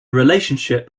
relationship